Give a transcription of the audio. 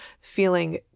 feeling